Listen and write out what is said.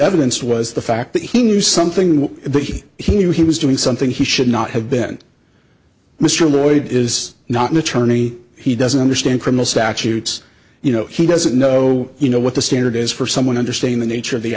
evidence was the fact that he knew something was pretty he knew he was doing something he should not have been mr lloyd is not an attorney he doesn't understand criminal statutes you know he doesn't know you know what the standard is for someone understanding the nature of the